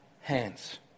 hands